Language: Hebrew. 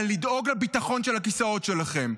אלא לדאוג לביטחון של הכיסאות שלכם.